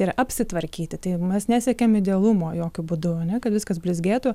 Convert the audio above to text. ir apsitvarkyti tai mes nesiekiam idealumo jokiu būdu ane kad viskas blizgėtų